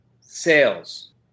sales